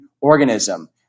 organism